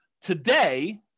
Today